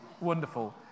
wonderful